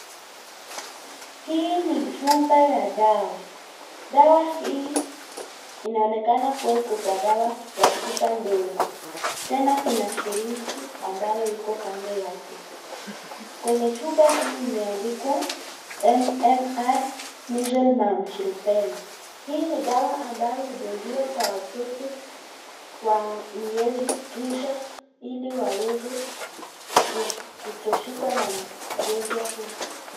Hii ni chupa ya dawa. Dawa hii inaoneka kuwa iko kwa dawa ya chupa ndogo. Tena kuna syringe ambayo iko kando yake. Kwenye chupa hii imeandikwa MMR Measles murps Rubella . Hii ni dawa ambayo hudungiwa kwa watoto wa miezi tisa ili waweze kutoshikwa na ugonjwa huu.